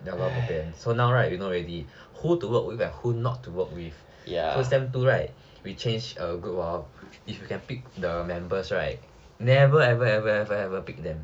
ya lor bo pian so now right we know already who to work with and who not to work so sem two right we change group hor if we can pick the members right never ever ever ever ever pick them